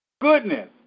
Goodness